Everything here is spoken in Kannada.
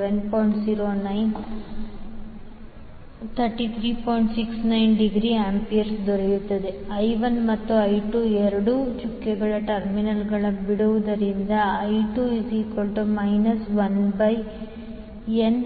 69A I1 ಮತ್ತು I2 ಎರಡೂ ಚುಕ್ಕೆಗಳ ಟರ್ಮಿನಲ್ಗಳನ್ನು ಬಿಡುವುದರಿಂದ I2 1nI1